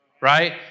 Right